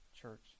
church